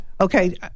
Okay